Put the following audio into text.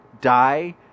die